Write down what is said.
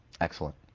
Excellent